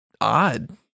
odd